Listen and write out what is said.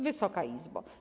Wysoka Izbo!